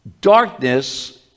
Darkness